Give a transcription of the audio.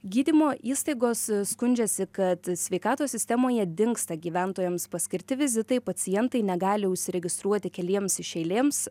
gydymo įstaigos skundžiasi kad sveikatos sistemoje dingsta gyventojams paskirti vizitai pacientai negali užsiregistruoti keliems iš eilėms